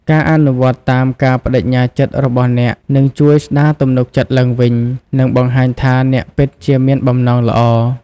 ការអនុវត្តតាមការប្តេជ្ញាចិត្តរបស់អ្នកនឹងជួយស្ដារទំនុកចិត្តឡើងវិញ និងបង្ហាញថាអ្នកពិតជាមានបំណងល្អ។